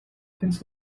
things